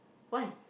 why